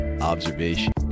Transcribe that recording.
observation